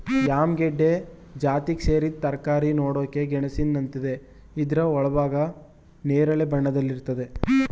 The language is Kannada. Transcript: ಯಾಮ್ ಗೆಡ್ಡೆ ಜಾತಿಗ್ ಸೇರಿದ್ ತರಕಾರಿ ನೋಡಕೆ ಗೆಣಸಿನಂತಿದೆ ಇದ್ರ ಒಳಭಾಗ ನೇರಳೆ ಬಣ್ಣದಲ್ಲಿರ್ತದೆ